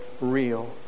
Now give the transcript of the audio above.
real